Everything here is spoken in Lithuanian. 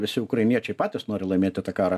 visi ukrainiečiai patys nori laimėti tą karą